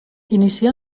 inicià